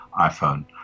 iPhone